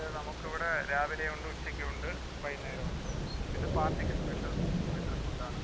food നമുക്ക് ഇവിടെ രാവിലെയുണ്ട് ഉച്ചക്കും ഉണ്ട് വൈകുന്നേരവും ഉണ്ട് പിന്നെ പാർട്ടിക്ക് സ്പെഷ്യൽ സ്പെഷ്യൽ ഫുഡ്ഡ് ആണ്